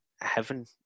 heaven